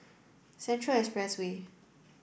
Central Expressway